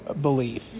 belief